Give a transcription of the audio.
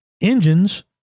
engines